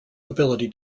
ability